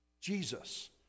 Jesus